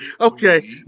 okay